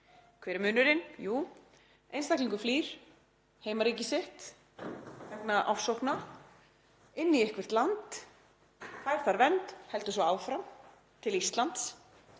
Hver er munurinn? Jú, einstaklingur flýr heimaríki sitt vegna ofsókna inn í eitthvert land, fær þar vernd, heldur svo áfram til Íslands.